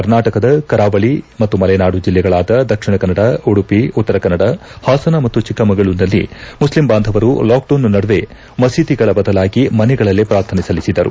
ಕರ್ನಾಟಕದ ಕರಾವಳಿ ಮತ್ತು ಮಲೆನಾಡು ಜಿಲ್ಲೆಗಳಾದ ದಕ್ಷಿಣ ಕನ್ನಡ ಉಡುಪಿ ಉತ್ತರ ಕನ್ನಡ ಹಾಸನ ಮತ್ತು ಚಿಕ್ಕಮಗಳೂರಿನಲ್ಲಿ ಮುಸ್ಲಿಂ ಬಾಂಧವರು ಲಾಕ್ಡೌನ್ ನಡುವೆ ಮಸೀದಿಗಳ ಬದಲಾಗಿ ಮನೆಗಳಲ್ಲೇ ಪ್ರಾರ್ಥನೆ ಸಲ್ಲಿಸಿದರು